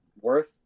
worth